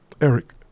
Eric